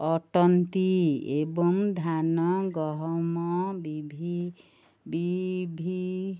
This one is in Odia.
ଅଟନ୍ତି ଏବଂ ଧାନ ଗହମ ବିଭି